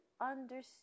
understand